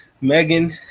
Megan